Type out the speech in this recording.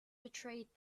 betrayed